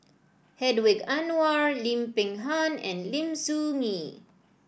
Hedwig Anuar Lim Peng Han and Lim Soo Ngee